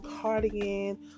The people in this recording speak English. cardigan